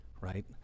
right